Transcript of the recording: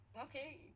Okay